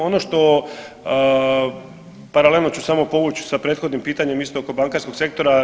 Ono što, paralelu ću samo povuć s prethodnim pitanjem isto oko bankarskog sektora.